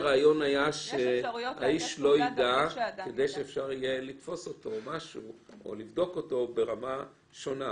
המידע הזה מונגש באופן שוטף.